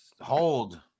Hold